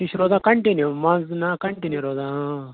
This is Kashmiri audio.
یہِ چھِ روزان کَنٹِنیوٗ منٛزٕ نہَ کَنٹِنیوٗ روزان